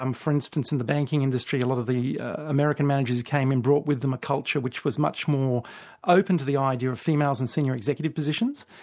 um for instance in the banking industry a lot of the american managers came and brought with them a culture which was much more open to the idea of females in senior executive positions.